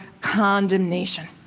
condemnation